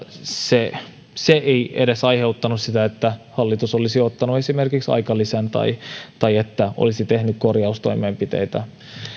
se se ei aiheuttanut edes sitä että hallitus olisi ottanut esimerkiksi aikalisän tai tai olisi tehnyt korjaustoimenpiteitä